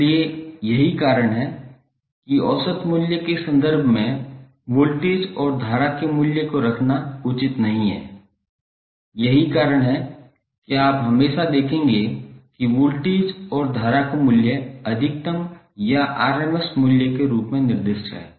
इसलिए यही कारण है कि औसत मूल्य के संदर्भ में वोल्टेज और धारा के मूल्य को रखना उचित नहीं है यही कारण है कि आप हमेशा देखेंगे कि वोल्टेज और धारा का मूल्य अधिकतम या rms मूल्य के रूप में निर्दिष्ट है